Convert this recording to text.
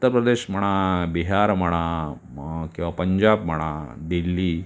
उत्तर प्रदेश म्हणा बिहार म्हणा मग किंवा पंजाब म्हणा दिल्ली